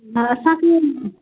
न असांखे